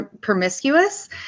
promiscuous